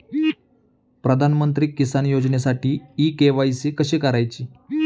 प्रधानमंत्री किसान योजनेसाठी इ के.वाय.सी कशी करायची?